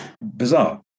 bizarre